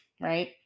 right